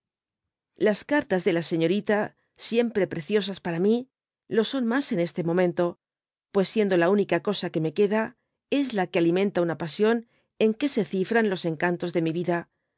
las cartas de la señorita siempre preciosas para mi lo son mas en este momento y pues siendo la única cosa que me queda es la que alimenta una pasión en que se cifran los encantos de mi vida